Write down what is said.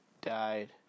died